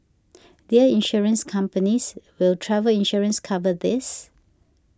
dear insurance companies will travel insurance cover this